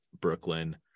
Brooklyn